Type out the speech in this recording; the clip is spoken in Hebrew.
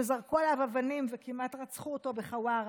שזרקו עליו אבנים וכמעט רצחו אותו בחווארה,